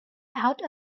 out